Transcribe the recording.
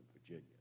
Virginia